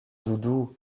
doudou